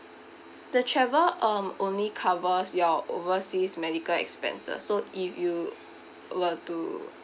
the travel um only covers your overseas medical expenses so if you were to